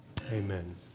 Amen